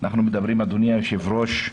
אנחנו מדברים, אדוני היושב-ראש,